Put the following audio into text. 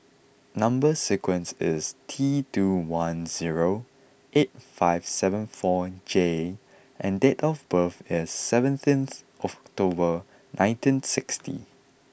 number sequence is T two one zero eight five seven four J and date of birth is seventeenth October nineteen sixty